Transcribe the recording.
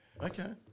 Okay